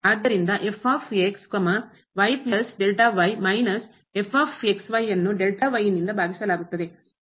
ಆದ್ದರಿಂದ ಅನ್ನು ಭಾಗಿಸಲಾಗುತ್ತದೆ